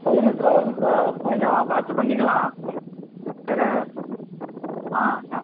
பதினெட்டுருவா வரும் சார் பதினைஞ்சாயிரம் பார்த்துப் பண்ணிக்கலாம் வேறு ஆ